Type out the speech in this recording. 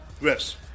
Yes